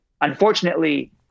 unfortunately